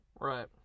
Right